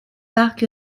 parc